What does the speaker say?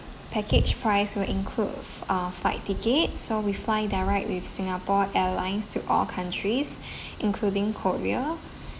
package price will include f~ uh flight ticket so we fly direct with singapore airlines to all countries including korea